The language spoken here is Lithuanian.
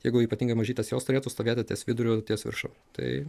jeigu ypatingai mažytės jos turėtų stovėti ties viduriu ties viršum tai